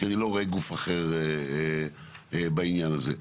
כי אני לא רואה גוף אחר בעניין הזה.